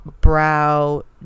brow